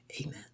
amen